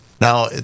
Now